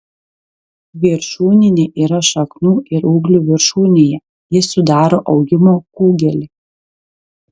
viršūninė yra šaknų ir ūglių viršūnėje ji sudaro augimo kūgelį